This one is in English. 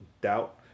doubt